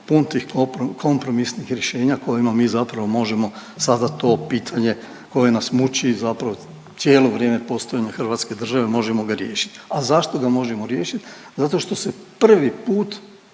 pun tih kompromisnih rješenja kojima mi zapravo možemo saznat to pitanje koje nas muči, zapravo cijelo vrijeme postojanja Hrvatske države možemo ga riješiti. A zašto ga možemo riješiti? Zato što se prvi put